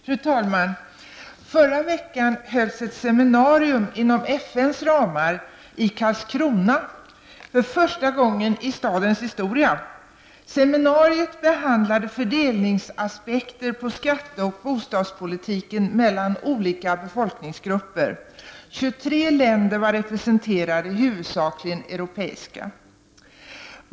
Fru talman! Förra veckan hölls ett seminarium inom FNs ramar i Karlskrona -- för första gången i stadens historia. Seminariet behandlade fördelningsaspekter på skatte och bostadspolitiken mellan olika befolkningsgrupper. 23 länder var representerade, huvudsakligen europeiska.